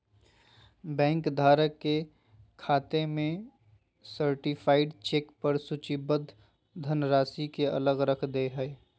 bank धारक के खाते में सर्टीफाइड चेक पर सूचीबद्ध धनराशि के अलग रख दे हइ